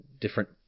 different